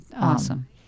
Awesome